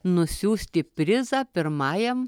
nusiųsti prizą pirmajam